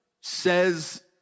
says